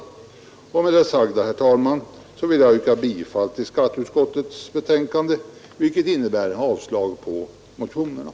29 mars 1973 Med det sagda vill jag, herr talman, yrka bifall till utskottets